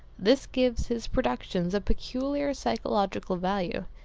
this gives his productions a peculiar psychological value,